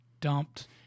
dumped